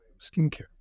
skincare